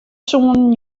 soenen